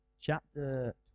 chapter